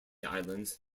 islands